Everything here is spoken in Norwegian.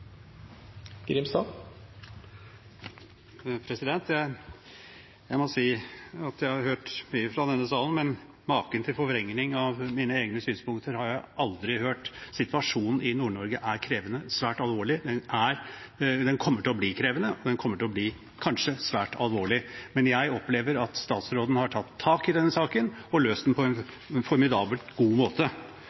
Grimstad har hatt ordet to ganger tidligere i debatten og får ordet til en kort merknad, begrenset til 1 minutt. Jeg må si at jeg har hørt mye i denne salen, men maken til forvrengning av mine synspunkter har jeg aldri hørt. Situasjonen i Nord-Norge er krevende og svært alvorlig – den kommer til å bli krevende, og den kommer til å bli, kanskje, svært alvorlig. Men jeg opplever at statsråden har tatt tak i denne saken og løst